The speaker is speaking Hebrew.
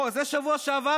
את זה היא אמרה בשבוע שעבר: